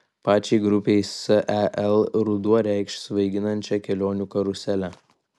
pačiai grupei sel ruduo reikš svaiginančią kelionių karuselę